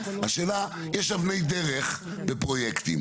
השאלה, יש אבני דרך בפרויקטים.